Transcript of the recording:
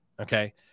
okay